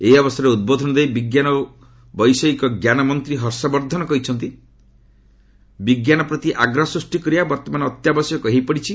ଏହି ଅବସରରେ ଉଦ୍ବୋଧନ ଦେଇ ବିଜ୍ଞାନ ଓ ବୈଷୟିକଜ୍ଞାନ ମନ୍ତ୍ରୀ ହର୍ଷବର୍ଦ୍ଧନ କହିଛନ୍ତି ବିଜ୍ଞାନପ୍ରତି ଆଗ୍ରହ ସୃଷ୍ଟି କରିବା ବର୍ତ୍ତମାନ ଅତ୍ୟାବଶ୍ୟକୀୟ ହୋଇପଡ଼ିଛି